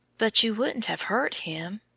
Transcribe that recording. but you wouldn't have hurt him?